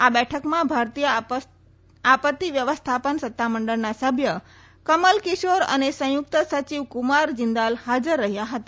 આ બેઠકમાં ભારતીય આપત્તિ વ્યવસ્થાપન સત્તામંડળના સભ્ય કમલ કિશોર અને સંયુકત સચિવ કુમાર જીન્દાલ હાજર રહયાં હતા